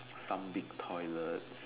some big toilets